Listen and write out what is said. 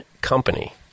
Company